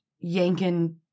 yanking